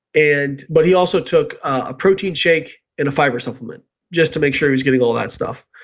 and but he also took a protein shake and a fiber supplement just to make sure he was getting all that stuff.